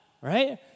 Right